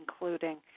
including